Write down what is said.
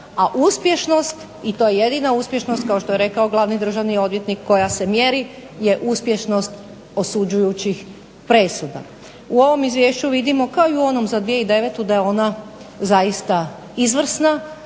a uspješnost i to jedina uspješnost kao što je rekao Glavni državni odvjetnik koja se mjeri je uspješnost osuđujućih presuda. U ovom izvješću vidimo, kao i u onom za 2009., da je ona zaista izvrsna,